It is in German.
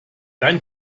dein